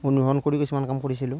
অনুসৰণ কৰিও কিছুমান কাম কৰিছিলোঁ